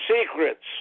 secrets